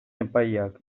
epaileak